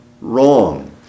wrong